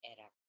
era